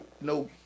no